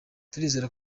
turizera